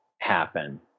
happen